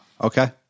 Okay